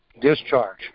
discharge